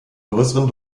größeren